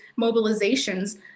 mobilizations